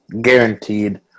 guaranteed